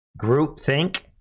groupthink